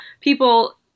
people